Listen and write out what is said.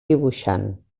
dibuixant